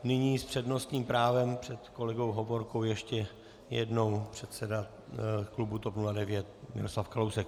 Nyní s přednostním právem před kolegou Hovorkou ještě jednou předseda klubu TOP 09 Miroslav Kalousek.